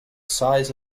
size